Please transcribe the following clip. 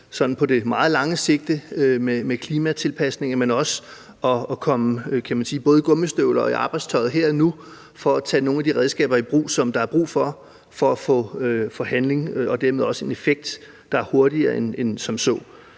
meget lange sigt med klimatilpasninger, men også sådan at vi kommer, kan man sige, både i gummistøvlerne og arbejdstøjet her og nu for at tage nogle af de redskaber i brug, som der er brug for for at få handling og dermed også en effekt, der er hurtigere end som så.